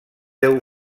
deu